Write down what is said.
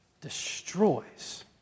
destroys